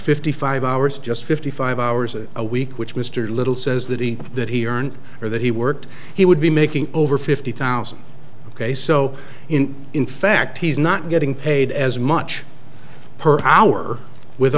fifty five hours just fifty five hours a week which mr little says that he that he earned or that he worked he would be making over fifty thousand ok so in in fact he's not getting paid as much per hour with